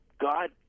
God